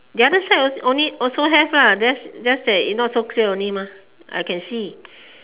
the other side only also have then just that not so clear only mah I can see